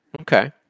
okay